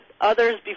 others